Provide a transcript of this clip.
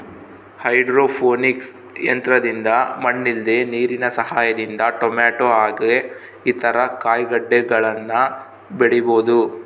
hydroponics ತಂತ್ರದಿಂದ ಮಣ್ಣಿಲ್ದೆ ನೀರಿನ ಸಹಾಯದಿಂದ ಟೊಮೇಟೊ ಹಾಗೆ ಇತರ ಕಾಯಿಗಡ್ಡೆಗಳನ್ನ ಬೆಳಿಬೊದು